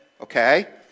okay